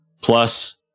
plus